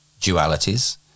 dualities